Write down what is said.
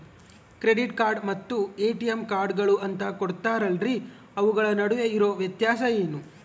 Credit card ಮತ್ತ ATM ಕಾರ್ಡುಗಳು ಅಂತಾ ಕೊಡುತ್ತಾರಲ್ರಿ ಅವುಗಳ ನಡುವೆ ಇರೋ ವ್ಯತ್ಯಾಸ ಏನ್ರಿ?